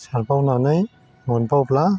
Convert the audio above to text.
सारबावनानै मोनबावब्ला